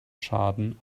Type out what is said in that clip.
schaden